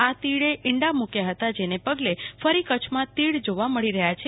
આ તીડે ઈંડા મુ ક્યો હતાં જેને પંગલે ફેરી કચ્છમાં તીડ જોવા મળી રહ્યા છે